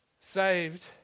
saved